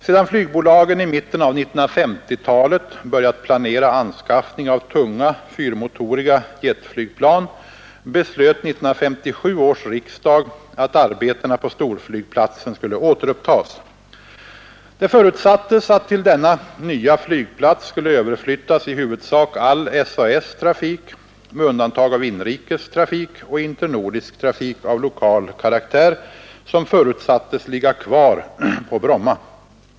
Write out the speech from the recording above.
Sedan flygbolagen i mitten av 1950-talet börjat planera anskaffning av tunga fyrmotoriga jetflygplan beslöt 1957 års riksdag att arbetena på storflygplatsen skulle återupptas. Det förutsattes att till denna nya flygplats skulle överflyttas i huvudsak all SAS:s trafik med undantag av inrikes trafik och internordisk trafik av lokal karaktär, som förutsattes ligga kvar på Bromma.